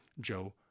Joe